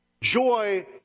Joy